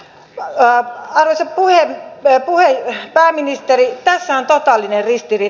arvoisa pääministeri tässä on totaalinen ristiriita